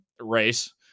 race